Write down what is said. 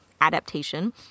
adaptation